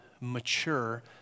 mature